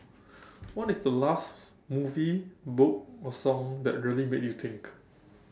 what is the last movie book or song that really made you think